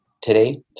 today